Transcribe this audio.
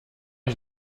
ich